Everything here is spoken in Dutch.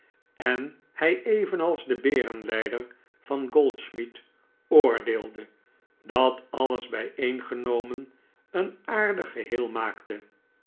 en hij evenals de berenleider van goldschmith oordeelde dat alles bijeen genomen een aardig geheel maakte